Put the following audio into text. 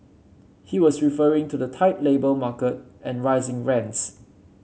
he was referring to the tight labour market and rising rents